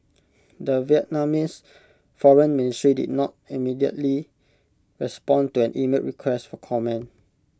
the Vietnamese foreign ministry did not immediately respond to an emailed request for comment